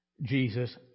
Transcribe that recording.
Jesus